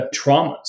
traumas